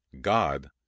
god